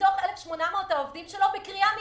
מתוך 1,800 העובדים שלו בקריאה מיידית,